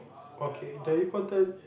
okay the important